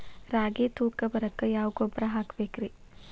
ರಾಗಿ ತೂಕ ಬರಕ್ಕ ಯಾವ ಗೊಬ್ಬರ ಹಾಕಬೇಕ್ರಿ?